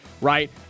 right